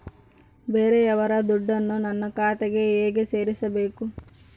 ಬೇರೆಯವರ ದುಡ್ಡನ್ನು ನನ್ನ ಖಾತೆಗೆ ಹೇಗೆ ಸೇರಿಸಬೇಕು?